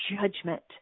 judgment